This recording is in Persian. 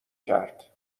کرد